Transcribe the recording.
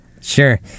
Sure